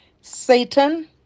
Satan